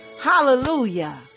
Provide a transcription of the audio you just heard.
Hallelujah